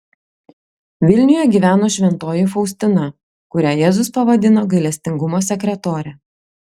vilniuje gyveno šventoji faustina kurią jėzus pavadino gailestingumo sekretore